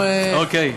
אוקיי.